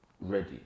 ready